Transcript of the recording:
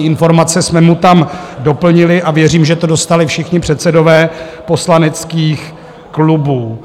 Informace jsme mu tam doplnili a věřím, že to dostali všichni předsedové poslaneckých klubů.